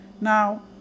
now